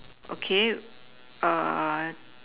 okay err